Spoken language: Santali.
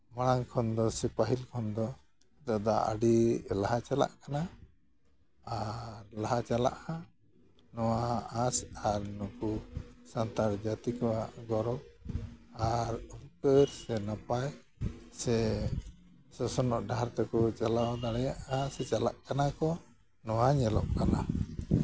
ᱢᱟᱲᱟᱝ ᱠᱷᱚᱱᱫᱚ ᱥᱮ ᱯᱟᱹᱦᱤᱞ ᱠᱷᱚᱱᱫᱚ ᱱᱮᱛᱟᱨ ᱫᱚ ᱟᱹᱰᱤ ᱞᱟᱦᱟ ᱪᱟᱞᱟᱜ ᱠᱟᱱᱟ ᱟᱨ ᱞᱟᱦᱟ ᱪᱟᱞᱟᱜᱼᱟ ᱱᱚᱣᱟ ᱟᱥ ᱟᱨ ᱱᱩᱠᱩ ᱥᱟᱱᱛᱟᱲ ᱡᱟᱹᱛᱤ ᱠᱚᱣᱟᱜ ᱜᱚᱨᱚᱵᱽ ᱟᱨ ᱩᱯᱠᱟᱹᱨ ᱥᱮ ᱱᱟᱯᱟᱭ ᱥᱮ ᱥᱚᱥᱱᱚᱜ ᱰᱟᱦᱟᱨ ᱛᱮᱠᱚ ᱪᱟᱞᱟᱣ ᱫᱟᱲᱮᱭᱟᱜᱼᱟ ᱥᱮ ᱪᱟᱞᱟᱜ ᱠᱟᱱᱟ ᱠᱚ ᱱᱚᱣᱟ ᱧᱮᱞᱚᱜ ᱠᱟᱱᱟ